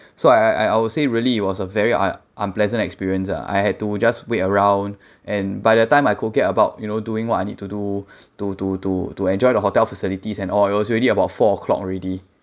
so I I would say really it was a very un~ unpleasant experience ah I had to just wait around and by the time I could get about you know doing what I need to do to to to to enjoy the hotel facilities and all it was already about four O clock already